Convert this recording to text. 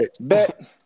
bet